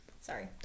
sorry